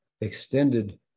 extended